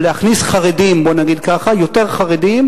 או להכניס חרדים, בואו נגיד ככה, יותר חרדים